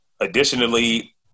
Additionally